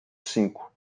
cinco